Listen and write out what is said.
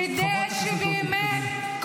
-- כדי שבאמת,